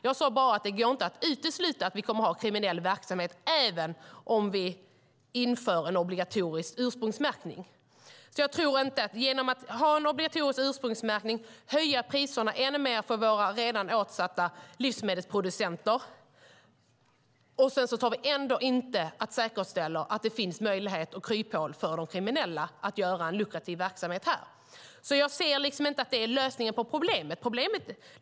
Jag sade bara att det inte går att utesluta att vi kommer att ha kriminell verksamhet även om vi inför en obligatorisk ursprungsmärkning. Jag tror inte på att höja priserna ännu mer för våra redan ansatta livsmedelsproducenter genom att ha en obligatorisk ursprungsmärkning som ändå inte säkerställer att det inte finns möjlighet och kryphål för de kriminella att ha en lukrativ verksamhet. Jag ser alltså inte att det är lösningen på problemet.